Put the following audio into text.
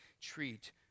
treat